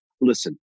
listen